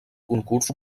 concurs